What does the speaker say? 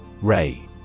Ray